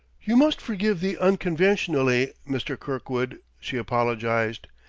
you must forgive the unconventionally, mr. kirkwood, she apologized,